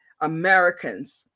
Americans